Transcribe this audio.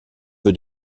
peu